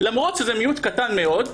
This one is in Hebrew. למרות שזה מיעוט קטן מאוד,